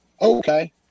Okay